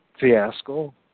fiasco